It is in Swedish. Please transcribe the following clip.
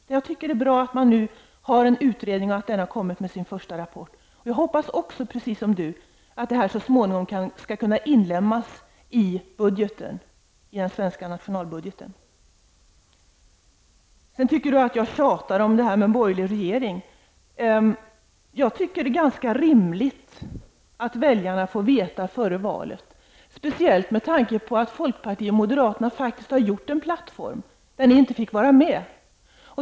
Men jag tycker att det är bra att man nu har en utredning och att den har kommit med sin första rapport. Jag hoppas, precis som Karin Starrin, att det här så småningom skall kunna inlemmas i den svenska nationalbudgeten. Sedan tycker Karin Starrin att jag tjatar om det här med en borgerlig regering. Jag tycker att det är ganska rimligt att väljarna före valet får besked, speciellt med tanke på att folkpartiet och moderaterna faktiskt har gjort en plattform där ni i centern inte fick vara med.